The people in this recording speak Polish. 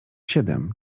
siedem